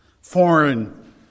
foreign